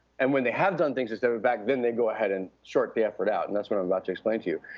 and when they have done things to step it back, then they go ahead and short the effort out, and that's what i'm about to explain to you.